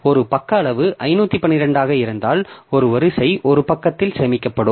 ஒரு பக்க அளவு 512 ஆக இருந்தால் ஒரு வரிசை ஒரு பக்கத்தில் சேமிக்கப்படும்